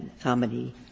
comedy